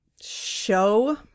show